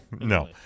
No